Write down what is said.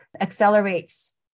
accelerates